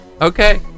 Okay